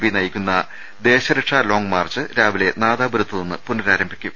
P നയിക്കുന്ന ദേശരക്ഷാ long march രാവിലെ നാദാപു രത്ത് നിന്ന് പുനരാരംഭിക്കും